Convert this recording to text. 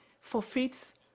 forfeits